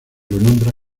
nombra